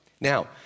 Now